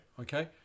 Okay